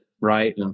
Right